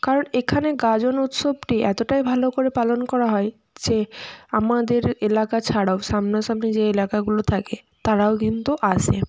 কারণ এখানে গাজন উৎসবটি এতটাই ভালো করে পালন করা হয় যে আমাদের এলাকা ছাড়াও সামনাসামনি যে এলাকাগুলো থাকে তারাও কিন্তু আসে